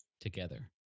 together